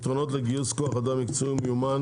הנושא הוא פתרונות לגיוס כוח אדם מקצועי ומיומן